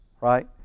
right